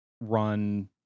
run